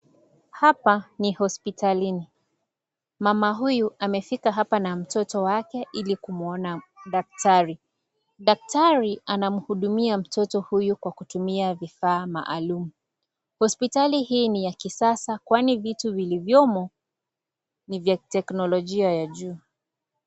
Hapa ni hospitalini mama huyu amefika hapa na mtoto wake ili kumuona daktari. Daktari ana muhudumia mtoto huyu kutumia vifaa maalum hospitali hii ni ya kisasa kwani vitu viliyomo ni vya teknolojia ya juu.